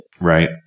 Right